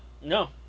No